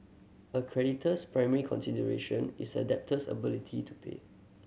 a creditor's primary consideration is a debtor's ability to pay